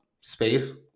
space